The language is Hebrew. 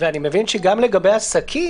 אני מבין שגם לגבי עסקים,